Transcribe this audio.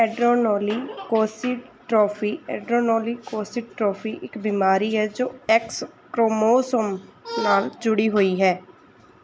ਐਡਰੇਨੋਲੀ ਕੋਸੀਟ੍ਰੋਫੀ adrenoleukodystrophy ਇੱਕ ਬਿਮਾਰੀ ਹੈ ਜੋ ਐਕਸ ਕ੍ਰੋਮੋਸੋਮ ਨਾਲ ਜੁੜੀ ਹੋਈ ਹੈ